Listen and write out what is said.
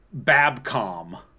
Babcom